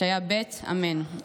ישעיה ב' אמן.